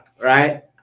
Right